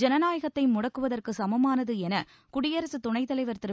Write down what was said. ஜனநாயத்தை முடக்குவதற்கு சம்மானது என குடியரசு துணைத்தலைவர் திரு